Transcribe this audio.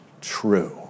true